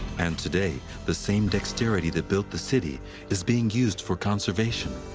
and today the same dexterity that built the city is being used for conservation.